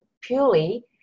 purely